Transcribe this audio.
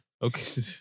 Okay